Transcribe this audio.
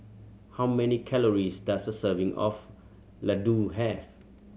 how many calories does a serving of Ladoo have